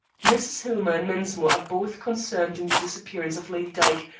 mrs. hillmer and mensmore are both concerned in the disappearance of lady dyke,